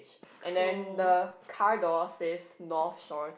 and then the car door says North Shore